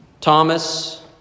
Thomas